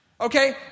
Okay